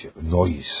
noise